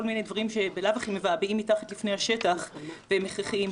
מיני דברים שבלאו הכי מבעבעים מתחת לפני השטח והם הכרחיים.